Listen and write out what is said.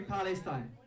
Palestine